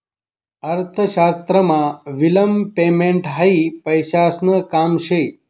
अर्थशास्त्रमा विलंब पेमेंट हायी पैसासन काम शे